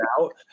out